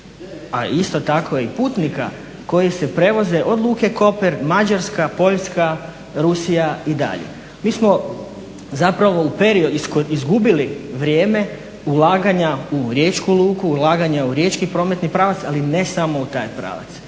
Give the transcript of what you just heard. a isto tako i putnika koji se prevoze od luke Koper, Mađarska, Poljska, Rusija i dalje. Mi smo zapravo izgubili vrijeme ulaganja u riječku luku, ulaganja u riječki prometni pravac, ali ne samo u taj pravac.